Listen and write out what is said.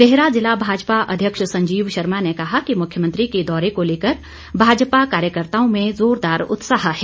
देहरा ज़िला भाजपा अध्यक्ष संजीव शर्मा ने कहा कि मुख्यमंत्री के दौरे को लेकर भाजपा कार्यकर्ताओं में जोरदार उत्साह है